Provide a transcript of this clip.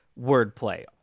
wordplay